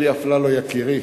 אלי אפללו יקירי,